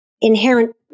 inherent